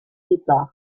départ